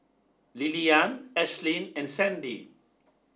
Lilyan Ashlynn and Sandie